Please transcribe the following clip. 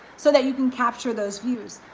so that you can capture those views.